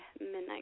Midnight